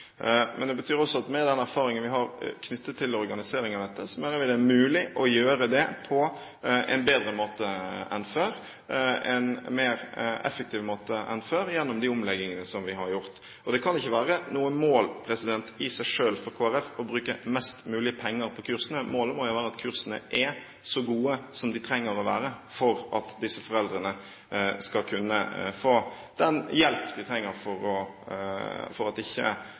Men det betyr også at med den erfaringen vi har knyttet til organiseringen av dette, så mener vi det er mulig å gjøre det på en bedre måte enn før, en mer effektiv måte enn før, gjennom de omleggingene som vi har gjort. Og det kan ikke være noe mål i seg selv for Kristelig Folkeparti å bruke mest mulig penger på kursene. Målet må jo være at kursene er så gode som de trenger å være for at disse foreldrene skal kunne få den hjelpen de trenger for at f.eks. det å få et funksjonshemmet barn ikke